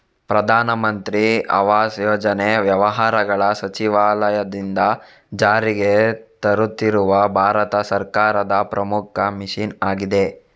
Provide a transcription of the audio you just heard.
ಪ್ರಧಾನ ಮಂತ್ರಿ ಆವಾಸ್ ಯೋಜನೆ ವ್ಯವಹಾರಗಳ ಸಚಿವಾಲಯದಿಂದ ಜಾರಿಗೆ ತರುತ್ತಿರುವ ಭಾರತ ಸರ್ಕಾರದ ಪ್ರಮುಖ ಮಿಷನ್ ಆಗಿದೆ